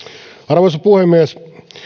arvoisa puhemies